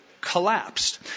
collapsed